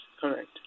correct